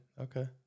Okay